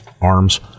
arms